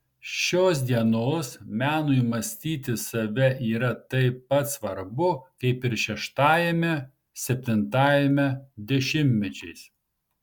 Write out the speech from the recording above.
šios dienos menui mąstyti save yra taip pat svarbu kaip ir šeštajame septintajame dešimtmečiais